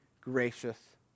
gracious